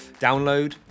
download